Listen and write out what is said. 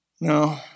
No